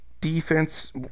defense